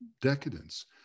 decadence